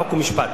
חוק ומשפט,